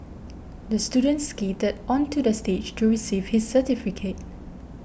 the student skated onto the stage to receive his certificate